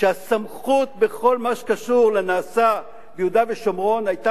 שהסמכות בכל מה שקשור לנעשה ביהודה ושומרון היתה